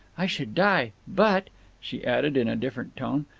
i should die. but she added in a different tone,